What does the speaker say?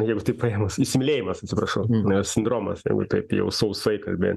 jeigu taip paėmus įsimylėjimas atsiprašau m a sindromas jeigu taip jau sausai kalbė